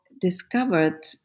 discovered